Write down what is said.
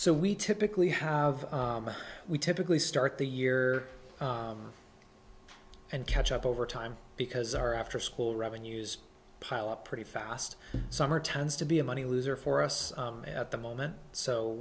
so we typically have we typically start the year and catch up over time because our after school revenues pile up pretty fast summer tends to be a money loser for us at the moment